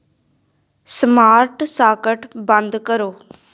smart socket ਬੰਦ ਕਰੋ